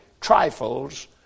trifles